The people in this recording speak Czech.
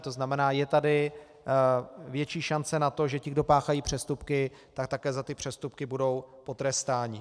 To znamená, je tady větší šance na to, že ti, kdo páchají přestupky, budou za ty přestupky také potrestáni.